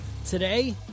Today